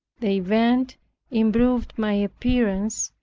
the event improved my appearance,